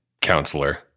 counselor